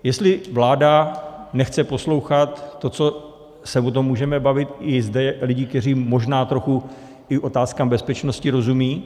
Jestli vláda nechce poslouchat to, o čem se můžeme bavit i zde, lidi, kteří možná i trochu otázkám bezpečnosti rozumějí.